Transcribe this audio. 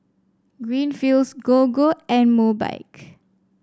Greenfields Gogo and Mobike